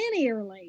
linearly